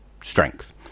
strength